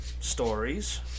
stories